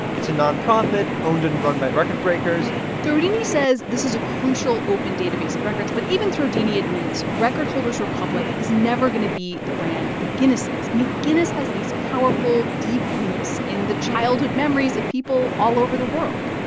it's a nonprofit owned and run by record-breakers throwdini says this is a crucial open database of records. but even throwdini admits record holders republic is never going to be the brand that guinness is. i mean, guinness has these powerful, deep roots in the childhood memories of people all over the world.